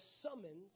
summons